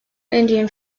indian